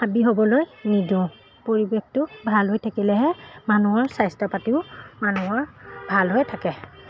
হাবি হ'বলৈ নিদিওঁ পৰিৱেশটো ভাল হৈ থাকিলেহে মানুহৰ স্বাস্থ্য পাতিও মানুহৰ ভাল হৈ থাকে